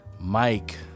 mike